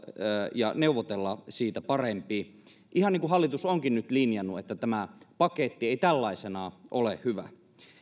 ja neuvotella siitä parempi ihan niin kuin hallitus onkin nyt linjannut että tämä paketti ei tällaisenaan ole hyvä